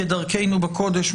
כדרכנו בקודש,